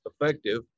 effective